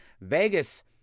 Vegas